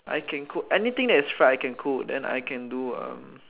I can cook anything that is fried I can cook then I can do um